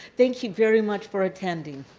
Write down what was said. thank you very much for attending.